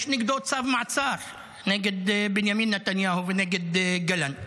יש נגדו צו מעצר, נגד בנימין נתניהו ונגד גלנט